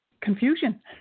confusion